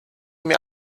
mir